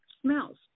smells